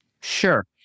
Sure